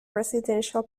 residential